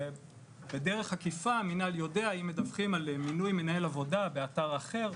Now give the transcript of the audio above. בדרך עקיפה המנהל יודע על זה אם מדווחים על מינוי מנהל עבודה באתר אחר.